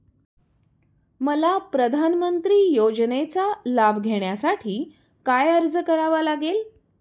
मला प्रधानमंत्री योजनेचा लाभ घेण्यासाठी काय अर्ज करावा लागेल?